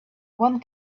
one